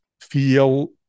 feel